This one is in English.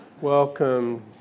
Welcome